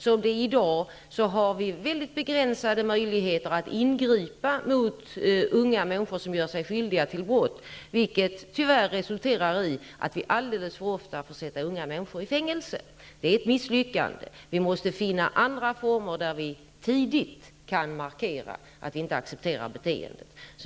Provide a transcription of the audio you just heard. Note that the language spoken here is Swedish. Som det är i dag har vi begränsade möjligheter att ingripa mot unga människor som gör sig skyldiga till brott, vilket tyvärr resulterar i att vi alldeles för ofta får sätta unga människor i fängelse. Det är ett misslyckande. Vi måste finna andra former för att tidigt markera att vi inte accepterar beteendet.